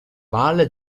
valle